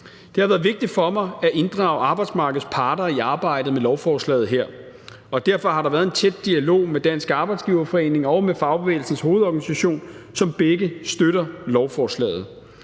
Det har været vigtigt for mig at inddrage arbejdsmarkedets parter i arbejdet med lovforslaget her, og derfor har der været en tæt dialog med Dansk Arbejdsgiverforening og med Fagbevægelsens Hovedorganisation, som begge støtter lovforslaget.